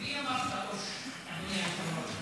לך תביא לי כדורים.